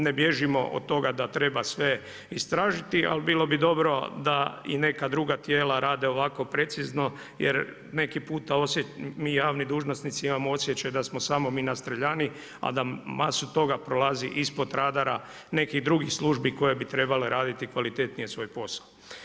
Ne bilježimo od toga da treba sve istražiti, ali bilo bi dobro da i neka druga tijela rade ovako precizno, jer neki puta mi javni dužnosnici imamo osjećaj da smo samo mi na streljani, a da masu toga prolazi ispod radara nekih drugih službi koji bi trebali raditi kvalitetnije svoj posao.